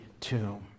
tomb